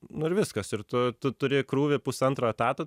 nu ir viskas ir tu tu turi krūvį pusantro etato